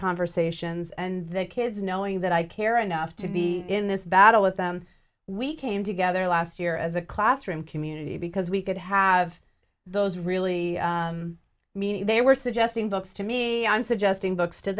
conversations and the kids knowing that i care enough to be in this battle with them we came together last year as a classroom community because we could have those really meaning they were suggesting books to me i'm suggesting books to